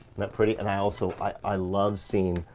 that pretty? and i also, i love seeing,